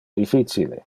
difficile